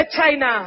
China